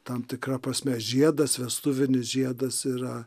tam tikra prasme žiedas vestuvinis žiedas yra